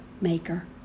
maker